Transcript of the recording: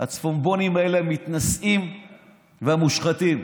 הצפונבונים האלה, המתנשאים והמושחתים.